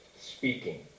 speaking